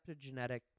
epigenetic